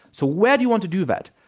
so where do you want to do that?